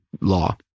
law